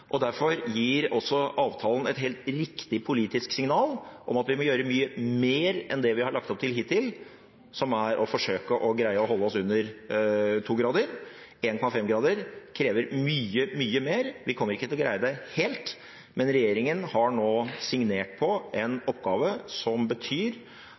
Derfor gir også avtalen et helt riktig politisk signal om at vi må gjøre mye mer enn det vi har lagt opp til hittil, som er å forsøke å greie å holde oss under 2 grader. 1,5 grader krever mye, mye mer. Vi kommer ikke til å greie det helt, men regjeringen har nå signert på en oppgave som betyr